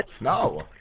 No